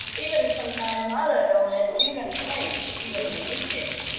even sometimes mothers don't let children stay, even initiated.